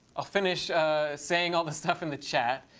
ah finish saying all the stuff in the chat.